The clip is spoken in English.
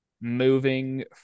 moving